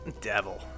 Devil